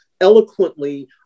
eloquently